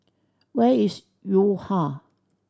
where is Yo Ha